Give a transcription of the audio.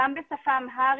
גם בשפה האמהרית,